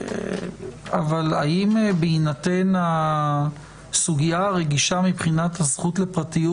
אבל האם בהינתן הסוגיה הרגישה מבחינת הזכות לפרטיות